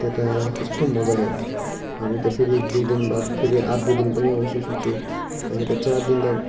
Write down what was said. त्यता कस्तो मजा हामी त फेरि दुई दिन बाद फेरि अर्को दिन पनि आउँछौँ सोच्यौँ हामी त चार दिन त